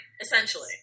Essentially